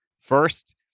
First